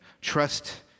Trust